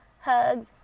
hugs